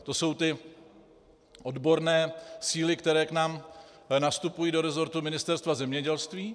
To jsou ty odborné síly, které k nám nastupují do rezortu Ministerstva zemědělství.